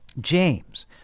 James